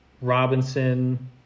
robinson